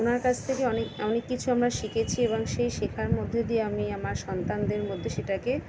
ওনার কাছ থেকে অনেক অনেক কিছু আমরা শিখেছি এবং সেই শেখার মধ্যে দিয়ে আমি আমার সন্তানদের মধ্যে সেটাকে